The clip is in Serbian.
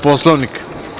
Poslovnika?